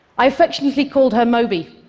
i affectionately called her moby.